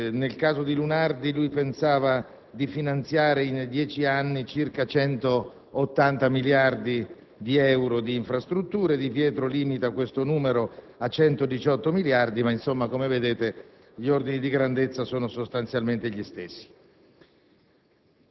pubbliche: Lunardi pensava di finanziare in dieci anni circa 180 miliardi di euro di infrastrutture, Di Pietro limita questo numero a 118 miliardi, ma gli ordini di grandezza sono sostanzialmente gli stessi.